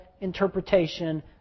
interpretation